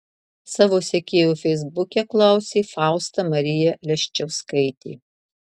savo sekėjų feisbuke klausė fausta marija leščiauskaitė